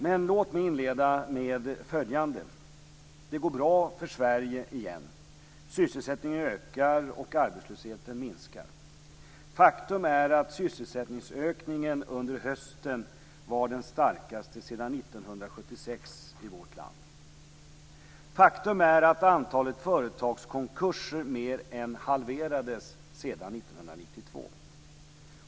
Men låt mig inleda med följande: Det går bra för Sverige igen. Sysselsättningen ökar, och arbetslösheten minskar. Faktum är att sysselsättningsökningen under hösten var den starkaste sedan 1976 i vårt land. Faktum är att antalet företagskonkurser mer än halverats sedan 1992.